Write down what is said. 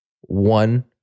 one